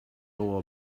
all